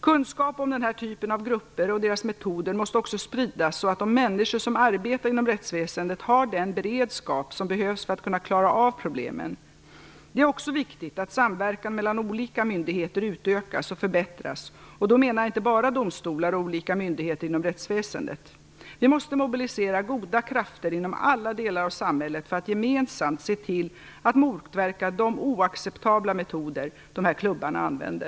Kunskap om den här typen av grupper och deras metoder måste också spridas, så att de människor som arbetar inom rättsväsendet har den beredskap som behövs för att kunna klara av problemen. Det är också viktigt att samverkan mellan olika myndigheter utökas och förbättras, och då menar jag inte bara domstolar och olika myndigheter inom rättsväsendet. Vi måste mobilisera goda krafter inom alla delar av samhället för att gemensamt se till att motverka de oacceptabla metoder de här klubbarna använder.